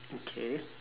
okay